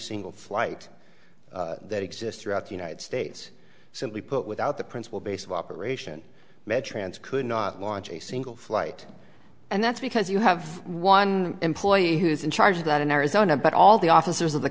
single flight that exists throughout the united states simply put without the principle base of operation met trance could not launch a single flight and that's because you have one employee who is in charge that in arizona but all the officers of the